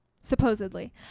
supposedly